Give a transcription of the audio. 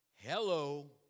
Hello